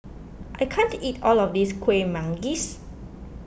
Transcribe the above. I can't eat all of this Kueh Manggis